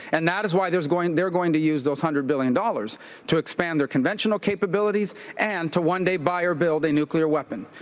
and that is why there's going they're going to use those one hundred billion dollars to expand their conventional capabilities and to one day buy or build a nuclear weapon.